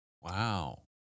Wow